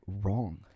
wrong